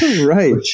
right